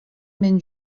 minn